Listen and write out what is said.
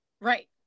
right